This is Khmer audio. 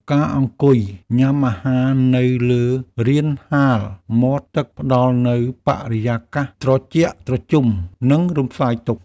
ការអង្គុយញ៉ាំអាហារនៅលើរានហាលមាត់ទឹក ផ្តល់នូវបរិយាកាសត្រជាក់ត្រជុំ និងរំសាយទុក្ខ។